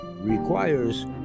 requires